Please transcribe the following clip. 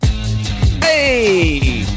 Hey